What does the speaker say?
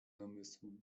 namysłom